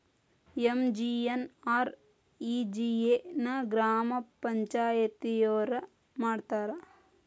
MGNREGA ನ ಗ್ರಾಮ ಪಂಚಾಯತಿಯೊರ ಮಾಡ್ತಾರಾ?